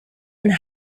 and